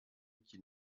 qu’il